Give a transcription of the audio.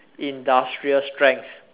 industrial strength